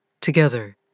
together